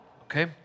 okay